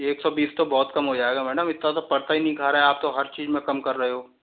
एक सौ बीस तो बहुत कम हो जाएगा मैडम इतना तो पड़ता ही नहीं खा रहे हैं आप तो हर चीज़ में कम कर रहे हो